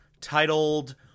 titled